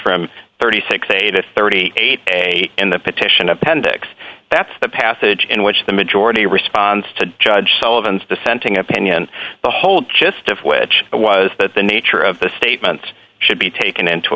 from thirty six a to thirty eight and the petition appendix that the passage in which the majority response to judge sullivan dissenting opinion the whole gist of which was that the nature of the statement should be taken into